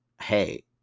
hey